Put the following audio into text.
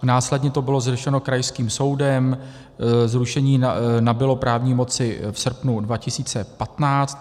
Následně to bylo řešeno krajským soudem, zrušení nabylo právní moci v srpnu 2015.